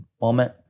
moment